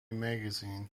magazine